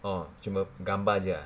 oh cuma gambar jer ah